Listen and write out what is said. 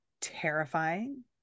terrifying